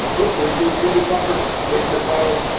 but what's the exhibit number mr. holler?